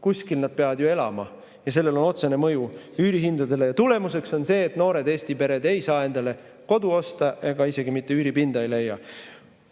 kuskil nad peavad ju elama. Ja sellel on otsene mõju üürihindadele. Ja tulemuseks on see, et noored Eesti pered ei saa endale kodu osta ega isegi mitte üüripinda ei leia.